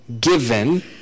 given